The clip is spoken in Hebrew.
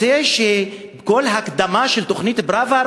יוצא שבכל ההקדמה של תוכנית פראוור